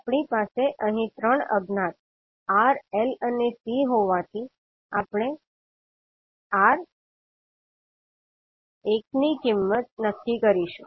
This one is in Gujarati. આપણી પાસે અહીં ત્રણ અજ્ઞાત R L અને C હોવાથી આપણે R એક ની કિંમત નક્કી કરીશું